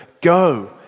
go